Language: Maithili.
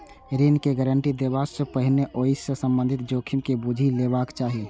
ऋण के गारंटी देबा सं पहिने ओइ सं संबंधित जोखिम के बूझि लेबाक चाही